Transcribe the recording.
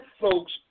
folks